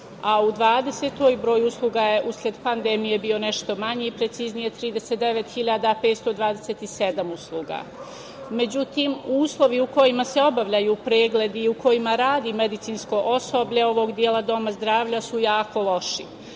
godini broj usluga je usled pandemije bio nešto manji, prezicnije 39.527 usluga.Međutim, uslovi u kojima se obavljaju pregledi u kojima radi medicinsko osobe ovog dela doma zdravlja su jako loši.